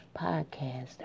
podcast